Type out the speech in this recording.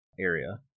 area